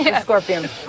scorpion